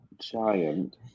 giant